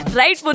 right